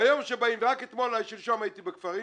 והיום כשבאים, ורק אתמול-שלשום הייתי בכפרים